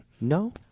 No